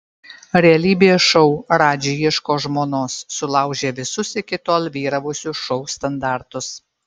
realybės šou radži ieško žmonos sulaužė visus iki tol vyravusius šou standartus